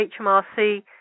HMRC